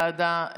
בעד, 52,